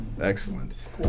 Excellent